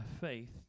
faith